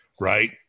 right